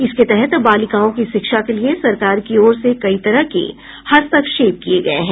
इसके तहत बालिकाओं की शिक्षा के लिए सरकार की ओर से कई तरह के हस्तक्षेप किए गए हैं